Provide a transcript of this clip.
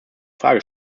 frage